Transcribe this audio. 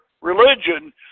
religion